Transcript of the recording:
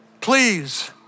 Please